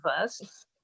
first